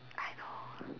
I know